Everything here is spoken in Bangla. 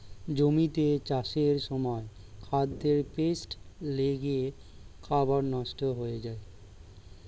জমিতে চাষের সময় খাদ্যে পেস্ট লেগে খাবার নষ্ট হয়ে যায়